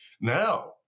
Now